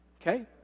Okay